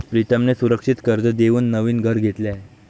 प्रीतमने सुरक्षित कर्ज देऊन नवीन घर घेतले आहे